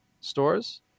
stores